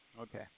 Okay